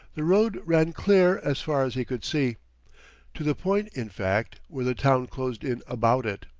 the road ran clear as far as he could see to the point, in fact, where the town closed in about it.